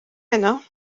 heno